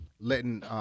letting –